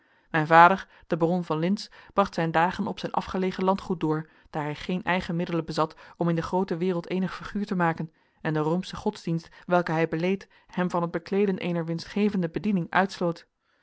mijn vader de baron van lintz bracht zijn dagen op zijn afgelegen landgoed door daar hij geen eigen middelen bezat om in de groote wereld eenig figuur te maken en de roomsche godsdienst welken hij beleed hem van het bekleeden eener winstgevende bediening uitsloot